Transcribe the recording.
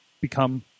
become